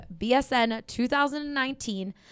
BSN2019